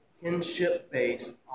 kinship-based